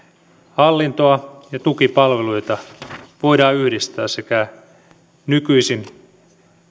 hallintoa ja tukipalveluita voidaan yhdistää sekä nykyisin